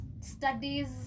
Studies